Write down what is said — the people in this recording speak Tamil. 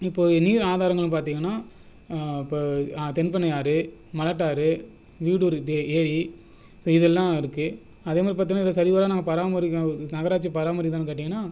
இப்போது நீர் ஆதாரங்கள் பார்த்தீங்கனா இப்போது தென்பெண்ணை ஆறு மலட்டாறு நியூடோறு தே ஏரி ஸோ இதையெல்லாம் இருக்குது அதேமாதிரி பார்த்தீன்னா இதை சரிவர நாங்கள் பராமரிக்க நகராட்சி பராமரிக்குதான்னு கேட்டிங்கானால்